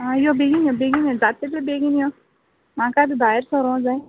हां यो बेगीन यो बेगीन यो जात तितलें बेगीन यो म्हाका आत भायर सोरो जाय